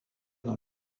dans